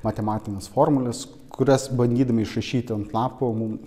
matematinės formulės kurias bandydami išrašyti ant lapų